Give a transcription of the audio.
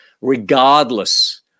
regardless